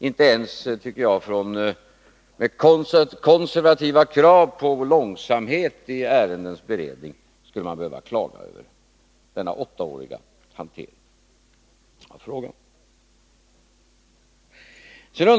Inte ens med konservativa krav på långsamhet i ärendens beredning skulle man behöva klaga över denna åttaåriga hantering av frågan.